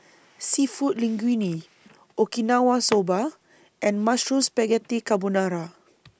Seafood Linguine Okinawa Soba and Mushroom Spaghetti Carbonara